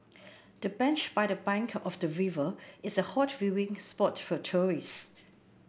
the bench by the bank of the river is a hot viewing spot for tourists